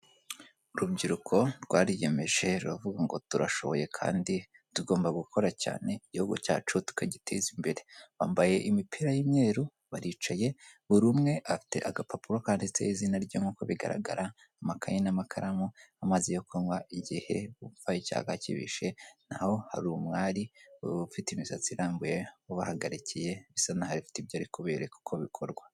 Urubyiruko rwariyemeje ruravuga ngo turashoboye kandi tugomba gukora cyane, igihugu cyacu tukagiteza imbere. Bambaye imipira y'umweru, baricaye, buri umwe afite agapapuro kanditseho izina rye nk'uko bigaragara, amakayi n'amakaramu, amazi yo kunywa igihe bumva icyaya kibishe, na ho hari umwari ufite imisatsi irambuye, ubahagarikiye bisa n'aho afite ibyo ari kubereka uko bikorwa.